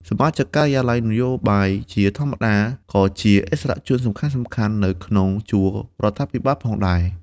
សមាជិកការិយាល័យនយោបាយជាធម្មតា ក៏ជាឥស្សរជនសំខាន់ៗនៅក្នុងជួររដ្ឋាភិបាលផងដែរ ។